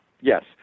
Yes